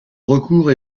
recours